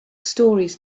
stories